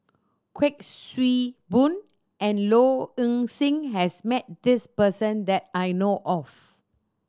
Kuik Swee Boon and Low Ing Sing has met this person that I know of